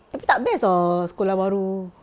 tapi tak best tahu sekolah baru